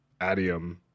adium